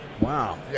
Wow